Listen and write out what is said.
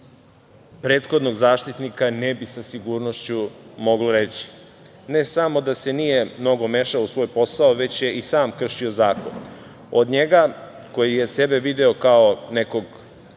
prethodnog Zaštitnika ne bi sa sigurnošću moglo reći. Ne samo da se nije mnogo mešao u svoj posao, već je i sam kršio zakon. Od njega koji je sebe video kao nekog